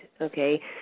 okay